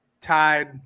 tied